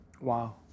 Wow